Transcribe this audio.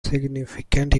significant